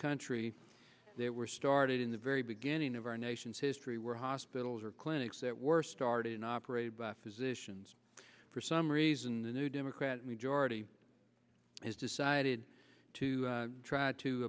country there were started in the very beginning of our nation's history were hospitals or clinics that were started in operated by physicians for some reason the new democrat majority has decided to try to